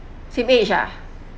same age ah